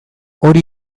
hori